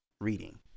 reading